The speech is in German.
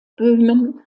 böhmen